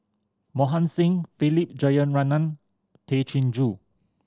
Mohan Singh Philip Jeyaretnam Tay Chin Joo